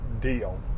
deal